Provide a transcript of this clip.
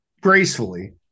gracefully